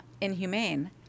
inhumane